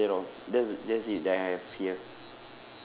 ya is that all that's that's it that I have here